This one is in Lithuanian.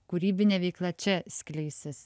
kūrybinė veikla čia skleisis